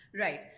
right